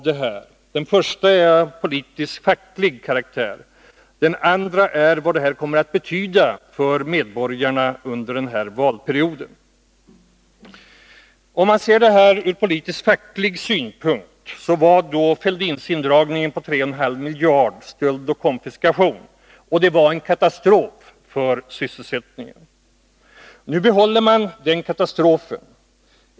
Den första är av politisk-facklig karaktär. Den andra gäller vad detta kommer att betyda för medborgarna under denna valperiod. Sett från politisk-facklig synpunkt var Fälldinavdragen på 3,5 miljarder kronor stöld och konfiskation samt en katastrof för sysselsättningen. Nu behåller man den katastrofen.